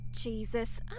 Jesus